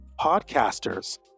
Podcasters